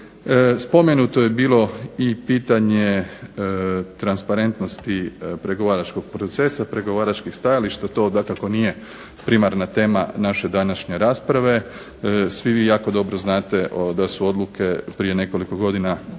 Spomenuto je bilo i pitanje transparentnosti pregovaračkog procesa, pregovaračkih stajališta, to dakako nije primarna tema naše današnje rasprave. Svi vi jako dobro znate da su odluke prije nekoliko godina donesene